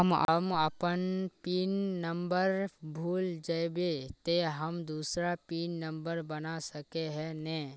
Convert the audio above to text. हम अपन pin number भूल जयबे ते हम दूसरा पिन नंबर बना सके है नय?